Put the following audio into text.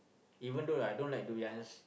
even though I don't like durians